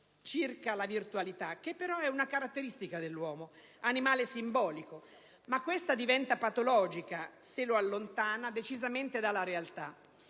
circa la virtualità che è una caratteristica dell'uomo, animale simbolico, ma questa diventa patologica se lo allontana decisamente dalla realtà.